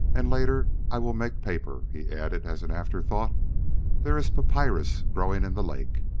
and later i will make paper, he added as an afterthought there is papyrus growing in the lake.